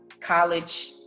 college